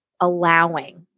allowing